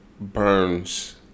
burns